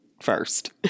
first